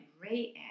Ray